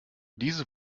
diese